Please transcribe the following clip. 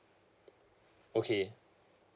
okay